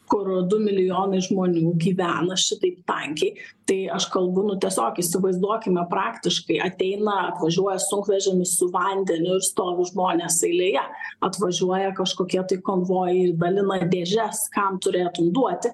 kur du milijonai žmonių gyvena šitaip tankiai tai aš kalbu nu tiesiog įsivaizduokime praktiškai ateina atvažiuoja sunkvežimis su vandeniu ir stovi žmonės eilėje atvažiuoja kažkokie tai konvojai ir dalina dėžes kam turėtų duoti